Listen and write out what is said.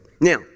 now